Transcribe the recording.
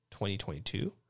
2022